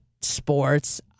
sports